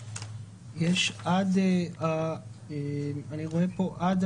אני רואה פה, יש פה עד